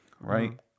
right